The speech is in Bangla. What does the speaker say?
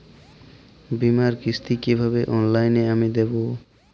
বীমার কিস্তি কিভাবে অনলাইনে আমি দেবো?